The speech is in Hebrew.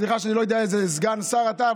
סליחה שאני לא יודע איזה סגן שר אתה,